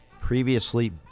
previously